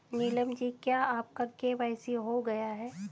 नीलम जी क्या आपका के.वाई.सी हो गया है?